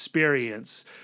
experience